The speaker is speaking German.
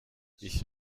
ich